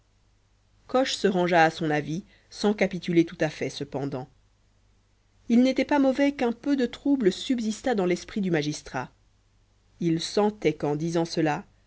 coche se rangea à son avis sans capituler tout à fait cependant il n'était pas mauvais qu'un peu de trouble subsistât dans l'esprit du magistrat il sentait qu'en disant cela